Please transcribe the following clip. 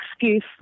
excuse